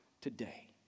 today